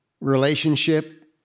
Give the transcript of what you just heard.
relationship